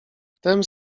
wtem